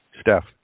Steph